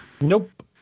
Nope